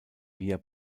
via